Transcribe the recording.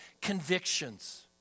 convictions